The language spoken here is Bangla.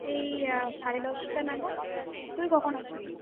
এই সাড়ে দশটা নাগাদ তুই কখন আসবি